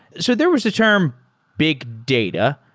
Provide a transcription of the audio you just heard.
so there was a term big data,